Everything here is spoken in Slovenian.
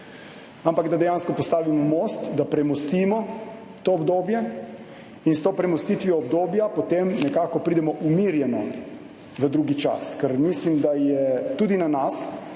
ampak da dejansko postavimo most, da premostimo to obdobje. In potem s to premostitvijo obdobja nekako pridemo umirjeno v drugi čas, ker mislim, da je tudi na nas,